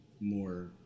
more